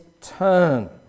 turn